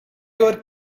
your